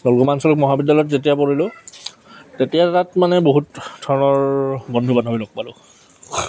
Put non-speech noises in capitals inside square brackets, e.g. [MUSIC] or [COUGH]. [UNINTELLIGIBLE] মহাবিদ্যালয়ত যেতিয়া পঢ়িলোঁ তেতিয়া তাত মানে বহুত ধৰণৰ বন্ধু বান্ধৱী লগ পালোঁ